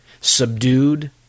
subdued